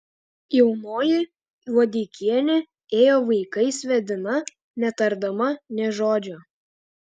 jaunoji juodeikienė ėjo vaikais vedina netardama nė žodžio